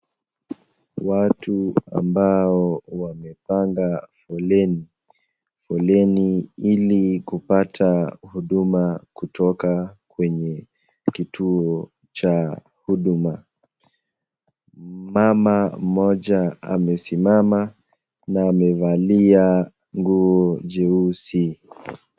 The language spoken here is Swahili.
Watu ambao wamepanga foleni. Foleni ili kupata huduma kutoka kwenye kituo cha huduma. Mama mmoja amesimama na amevalia nguo jeusi.